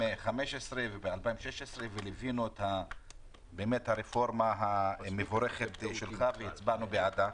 וב-2016 וליווינו את הרפורמה המבורכת שלך והצבענו בעדה.